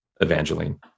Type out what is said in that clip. Evangeline